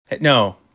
No